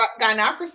gynocracy